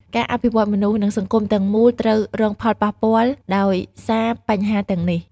ការអភិវឌ្ឍមនុស្ស និងសង្គមទាំងមូលត្រូវរងផលប៉ះពាល់ដោយសារបញ្ហាទាំងនេះ។